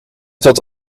dat